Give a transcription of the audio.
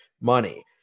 money